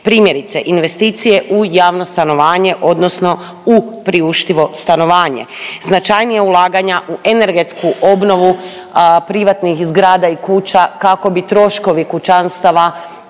Primjerice investicije u javno stanovanje, odnosno u priuštivo stanovanje. Značajnija ulaganja u energetsku obnovu privatnih zgrada i kuća kako bi troškovi kućanstava,